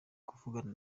kuvugana